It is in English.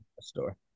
store